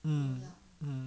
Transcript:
mm mm